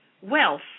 wealth